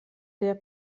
der